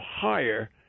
higher